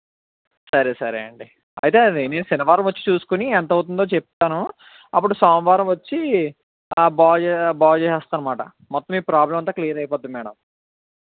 సరే సరే అండి అయితే నేను శనివారం వచ్చి చూసుకొని ఎంత అవుతుంది చెప్తాను అప్పుడు సోమవారం వచ్చి బాగు బాగు చేస్తాను అన్నమాట మొత్తం మీ ప్రాబ్లం అంతా క్లియర్ అయిపోద్ది మ్యాడమ్